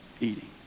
eating